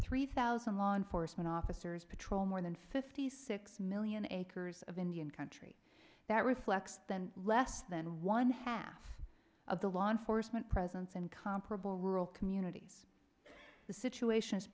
three thousand law enforcement officers patrol more than fifty six million acres of indian country that reflects then less than one half of the law enforcement presence in comparable rural communities the situation is